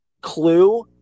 clue